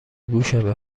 گوشمه